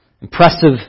impressive